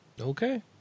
Okay